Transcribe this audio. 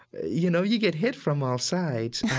you know, you get hit from all sides,